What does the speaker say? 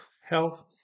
health